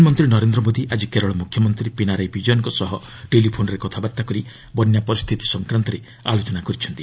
ପ୍ରଧାନମନ୍ତ୍ରୀ ନରେନ୍ଦ୍ର ମୋଦି ଆଜି କେରଳ ମୁଖ୍ୟମନ୍ତ୍ରୀ ପିନାରାୟି ବିଜୟନ୍ଙ୍କ ସହ ଟେଲିଫୋନ୍ରେ କଥାବାର୍ତ୍ତା କରି ବନ୍ୟା ପରିସ୍ଥିତି ସଂକ୍ରାନ୍ତରେ ଆଲୋଚନା କରିଛନ୍ତି